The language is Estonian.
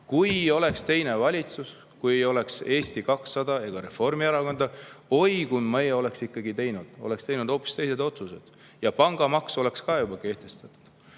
"Kui oleks teine valitsus, kui ei oleks Eesti 200 ega Reformierakonda, oi, meie oleks ikkagi teinud hoopis teised otsused. Ja pangamaks oleks ka juba kehtestatud."